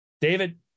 David